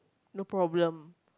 no problem